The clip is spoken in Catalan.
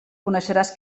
coneixeràs